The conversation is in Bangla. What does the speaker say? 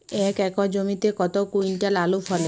এক একর জমিতে কত কুইন্টাল আলু ফলে?